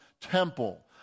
temple